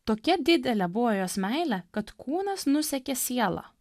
tokia didelė buvo jos meilė kad kūnas nusekė sielą